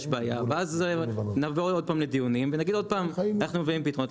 יש בעיה ואז נבוא עוד פעם לדיונים ונגיד עוד פעם שאנחנו מביאים פתרונות.